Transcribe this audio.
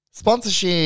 Sponsorship